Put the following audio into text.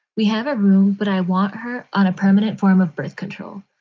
we have a room, but i want her on a permanent form of birth control.